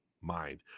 mind